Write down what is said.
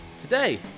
today